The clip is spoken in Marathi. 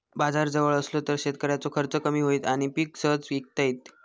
बाजार जवळ असलो तर शेतकऱ्याचो खर्च कमी होईत आणि पीक सहज इकता येईत